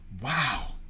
wow